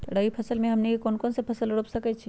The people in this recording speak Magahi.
रबी फसल में हमनी के कौन कौन से फसल रूप सकैछि?